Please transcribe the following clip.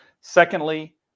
Secondly